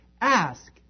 ask